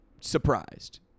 surprised